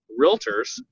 realtors